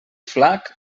flac